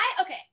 okay